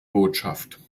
botschaft